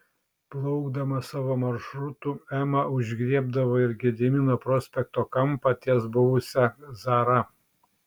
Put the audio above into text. plaukdama savo maršrutu ema užgriebdavo ir gedimino prospekto kampą ties buvusia zara